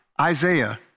Isaiah